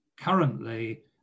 currently